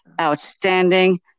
outstanding